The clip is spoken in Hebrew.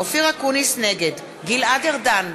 נגד גלעד ארדן,